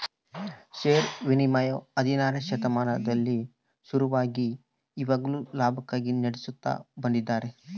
ಷೇರು ವಿನಿಮಯವು ಹದಿನಾರನೆ ಶತಮಾನದಲ್ಲಿ ಶುರುವಾಗಿ ಇವಾಗ್ಲೂ ಲಾಭಕ್ಕಾಗಿ ನಡೆಸುತ್ತ ಬಂದಿದ್ದಾರೆ